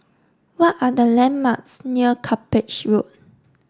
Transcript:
what are the landmarks near Cuppage Road